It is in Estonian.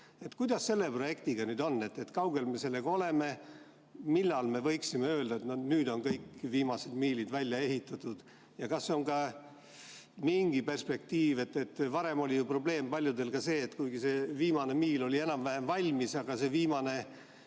Kuidas selle projektiga on, kaugel me sellega oleme? Millal me võiksime öelda, et nüüd on kõik viimased miilid välja ehitatud? Kas on ka mingi perspektiiv? Varem oli paljudel probleeme ka sellega, et kuigi see viimane miil oli enam-vähem valmis, siis need viimased